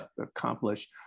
accomplish